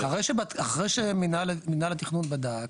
אחרי שמנהל התכנון בדק.